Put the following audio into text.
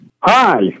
Hi